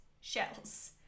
shells